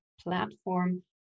platform